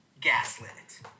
Gaslit